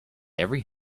every